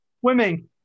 Swimming